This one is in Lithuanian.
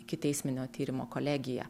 ikiteisminio tyrimo kolegija